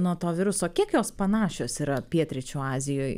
nuo to viruso kiek jos panašios yra pietryčių azijoj